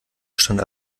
stand